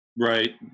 Right